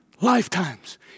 lifetimes